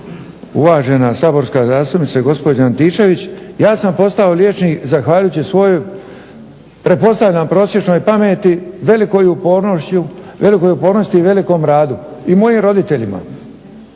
uvažena saborska zastupnice gospođo Antičević, ja sam postao liječnik zahvaljujući svojoj pretpostavljam prosječnoj pameti, velikoj upornosti i velikom radu i mojim roditeljima.